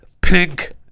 pink